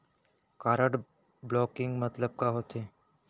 Card blocking मतलब का होथे?